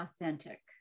authentic